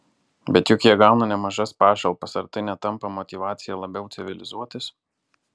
bet juk jie gauna nemažas pašalpas ar tai netampa motyvacija labiau civilizuotis